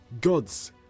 gods